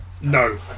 no